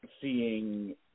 seeing